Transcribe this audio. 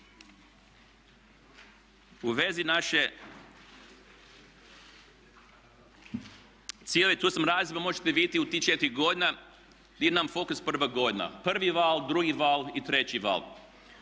U vezi naše cijele, tu sam naveo možete vidjeti, u te 4 godine nam je fokus prva godina. Prvi val, drugi val i treći val.